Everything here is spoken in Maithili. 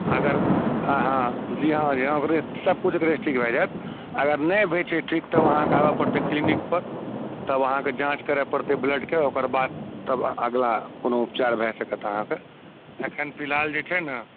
अगर अहाँ जी हाँ जी हाँ सभकिछु ओकरेसँ ठीक भऽ जायत अगर नहि होइत छै ठीक तब अहाँकेँ आबय पड़तै क्लिनिकपर तब अहाँकेँ जाँच करय पड़तै ब्लडके ओकर बाद तब अगिला कोनो उपचार भए सकत अहाँकेँ एखन फिलहाल जे छै ने